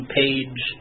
page